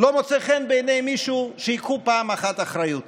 לא מוצא חן בעיני מישהו, שייקחו פעם אחת אחריות.